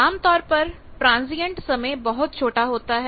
आमतौर पर ट्रांजियंट समय बहुत छोटा होता है